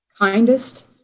kindest